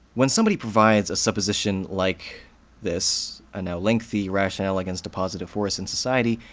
when somebody provides a supposition like this, a now lengthy rationale against a positive force in society,